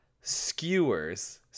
skewers